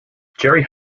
jerry